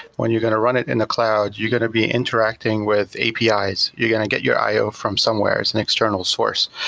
when you're going to run it in the cloud, you're going to be interacting with api's, you're going to get your io from somewhere as an external source.